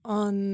on